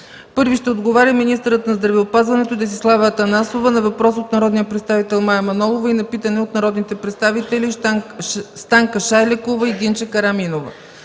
11.00 ч.: Министърът на здравеопазването Десислава Атанасова ще отговори на въпрос от народния представител Мая Манолова и на питанe от народните представители Станка Шайлекова и Гинче Караминова.